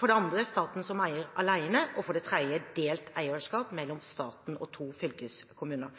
for det andre staten som eier alene, og for det tredje delt eierskap mellom staten og to fylkeskommuner.